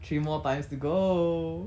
three more times to go